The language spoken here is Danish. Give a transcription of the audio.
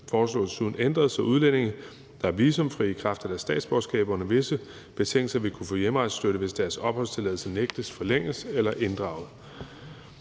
foreslås desuden ændret, så udlændinge, der er visumfri i kraft af deres statsborgerskab, under visse betingelser vil kunne få hjemrejsestøtte, hvis deres opholdstilladelse nægtes forlænget eller inddrages.